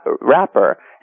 wrapper